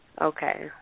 Okay